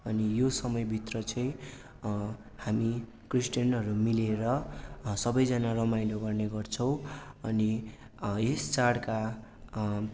अनि यो समयभित्र चाहिँ हामी क्रिस्टियनहरू मिलेर सबैजना रमाइलो गर्ने गर्छौँ अनि यस चाडका